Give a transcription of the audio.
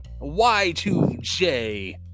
Y2J